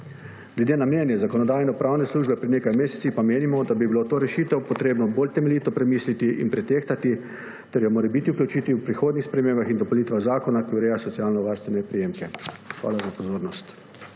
Glede na mnenje Zakonodajno-pravne službe pred nekaj meseci pa menimo, da bi bilo to rešitev potrebno bolj temeljito premisliti in pretehtati ter jo morebiti vključiti v prihodnjih spremembah in dopolnitvah zakona, ki ureja socialnovarstvene prejemke. Hvala za pozornost.